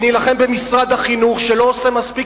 ונילחם במשרד החינוך שלא עושה מספיק